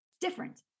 different